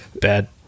bad